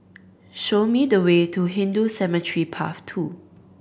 show me the way to Hindu Cemetery Path Two